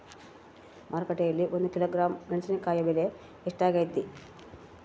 ಮಾರುಕಟ್ಟೆನಲ್ಲಿ ಒಂದು ಕಿಲೋಗ್ರಾಂ ಮೆಣಸಿನಕಾಯಿ ಬೆಲೆ ಎಷ್ಟಾಗೈತೆ?